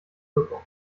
wirkung